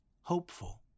hopeful